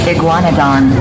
Iguanodon